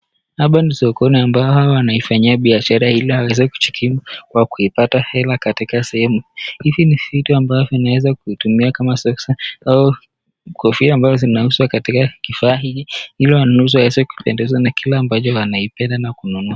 Hapa ni soko ambao hawa wanaifanyia biashara ili waweze kujikimu kwa kuipata hela katika sehemu. Hizi ni vitu ambazo zinaweza kuitumia kama sokisi au kofia ambazo zinauzwa katika kifaa hiki, ili wananunuzi waweze kupendezwa na kile ambacho wanaipenda na kununua.